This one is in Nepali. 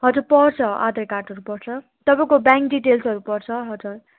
हजुर पर्छ आधार कार्डहरू पर्छ तपाईँको ब्याङ्क डिटेल्सहरू पर्छ हजुर